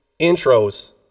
intros